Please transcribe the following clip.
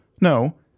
No